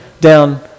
down